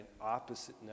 opposite